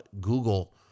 Google